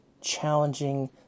challenging